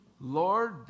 Lord